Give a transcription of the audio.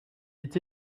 est